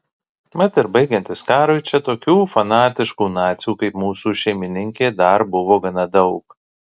mat ir baigiantis karui čia tokių fanatiškų nacių kaip mūsų šeimininkė dar buvo gana daug